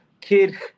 kid